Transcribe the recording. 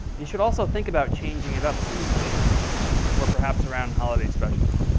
you should also think about changing it up, seasonally or perhaps around holiday specials.